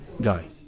guy